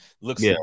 looks